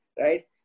right